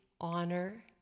honor